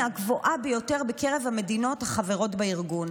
הגבוהה ביותר בקרב המדינות החברות בארגון.